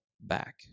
back